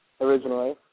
originally